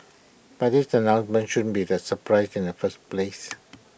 but this announcement shouldn't be A surprise in the first place